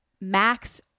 max